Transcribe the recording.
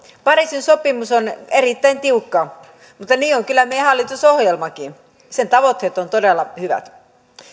pariisin sopimus on erittäin tiukka mutta niin on kyllä meidän hallitusohjelmakin sen tavoitteet ovat todella hyvät